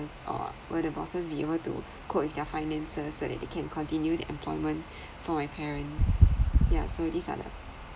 or would the bosses be able to cope with their finances that it can continue their employment for my parents ya so these are the